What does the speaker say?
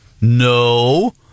No